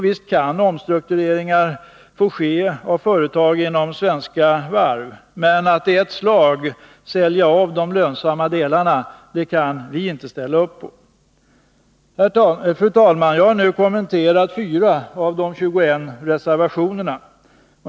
Visst kan omstruktureringar ske av företag inom Svenska Varv, men att i ett slag sälja av de lönsamma delarna kan vi inte ställa upp på. Fru talman! Jag har nu kommenterat 4 av de 21 reservationerna.